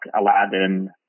Aladdin